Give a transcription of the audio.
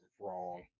wrong